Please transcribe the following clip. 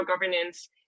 governance